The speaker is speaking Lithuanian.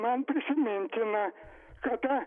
man prisimintina kada